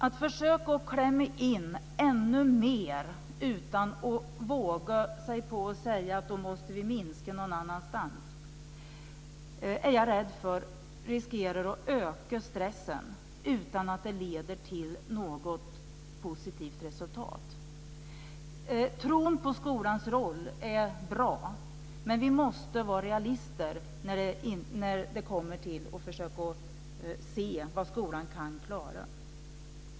Att försöka att klämma in ännu mer utan att våga säga att vi då måste minska någon annanstans är jag rädd för riskerar att öka stressen utan att det leder till något positivt resultat. Tron på skolans roll är bra. Men vi måste vara realister när det kommer till att försöka se vad skolan kan klara.